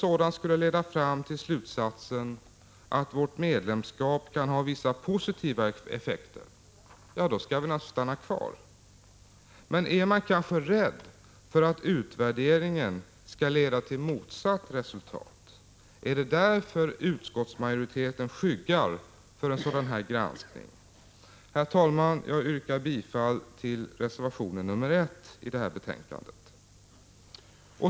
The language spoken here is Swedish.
Om den skulle leda fram till slutsatsen att vårt medlemskap kan ha vissa positiva effekter skall vi naturligtvis stanna kvar. Är man kanske rädd för att utvärderingen skall leda till motsatt resultat? Är det därför utskottsmajoriteten skyggar för en sådan granskning? Herr talman! Jag yrkar bifall till reservation nr 1 i det här betänkandet.